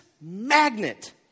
magnet